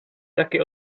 taky